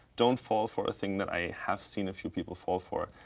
don't fall for a thing that i have seen a few people fall for.